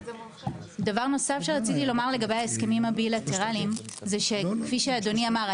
דבר נוסף שרציתי לומר לגבי ההסכמים הבילטרליים זה שכפי שאדוני אמר,